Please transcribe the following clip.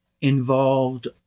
involved